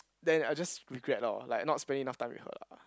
then I just regret lor like not spending enough time with her lah